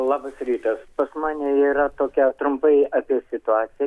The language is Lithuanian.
labas rytas pas mane yra tokia trumpai apie situaci